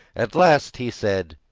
at last he said